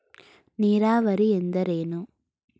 ನೀರಾವರಿ ಎಂದರೇನು?